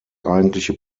eigentliche